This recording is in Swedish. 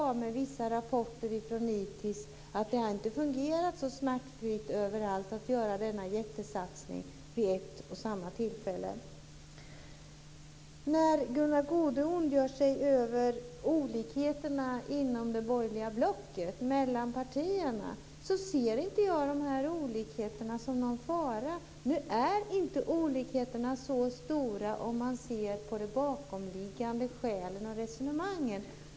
Genom vissa rapporter från ITiS vet vi att det inte har fungerat så smärtfritt överallt när det gäller att göra denna jättesatsning vid ett och samma tillfälle. Gunnar Goude ondgör sig över olikheterna mellan partierna i det borgerliga blocket men jag ser inte de olikheterna som en fara. Olikheterna är faktiskt inte så stora sett till de bakomliggande skälen och resonemangen.